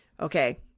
Okay